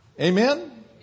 Amen